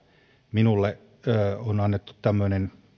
minulle on annettu tämmöinen